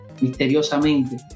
misteriosamente